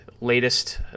latest